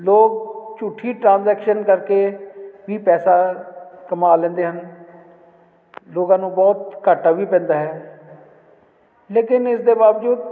ਲੋਕ ਝੂਠੀ ਟਰਾਂਜੈਕਸ਼ਨ ਕਰਕੇ ਵੀ ਪੈਸਾ ਕਮਾ ਲੈਂਦੇ ਹਨ ਲੋਕਾਂ ਨੂੰ ਬਹੁਤ ਘਾਟਾ ਵੀ ਪੈਂਦਾ ਹੈ ਲੇਕਿਨ ਇਸ ਦੇ ਬਾਵਜੂਦ